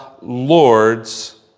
Lord's